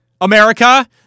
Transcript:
America